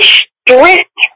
strict